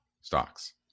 stocks